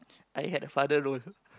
I had a father role